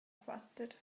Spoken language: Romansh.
quater